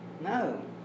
No